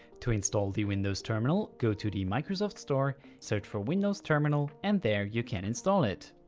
to install the windows terminal go to the microsoft store, search for windows terminal, and there you can install it.